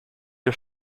wir